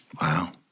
Wow